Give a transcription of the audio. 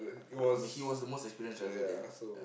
I mean she was the most experienced driver there ya